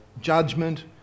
judgment